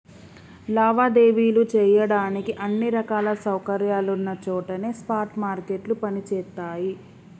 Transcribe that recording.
లావాదేవీలు చెయ్యడానికి అన్ని రకాల సౌకర్యాలున్న చోటనే స్పాట్ మార్కెట్లు పనిచేత్తయ్యి